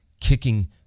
kicking